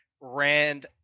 Rand